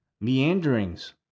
meanderings